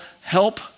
help